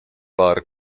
paar